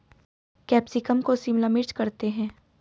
capsicum को शिमला मिर्च करते हैं